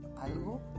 Algo